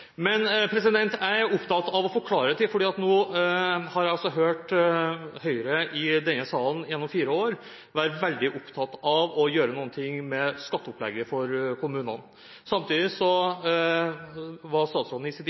men når statsråden har det som prinsipp, bør man også følge opp med bevilgninger. Så noe jeg er opptatt av å få klarhet i: Nå har jeg hørt Høyre i denne salen gjennom fire år være veldig opptatt av å gjøre noe med skatteopplegget for kommunene. Samtidig var statsråden i sitt